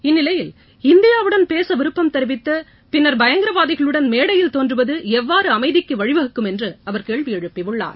இந்நிலையில் இந்தியாவுடன் பேச விருப்பம் தெரிவித்து பின்னர் பயங்கரவாதிகளுடன் மேடையில் தோன்றுவது எவ்வாறு அமைதிக்கு வழி வகுக்கும் என்று அவர் கேள்வி எழுப்பியுள்ளார்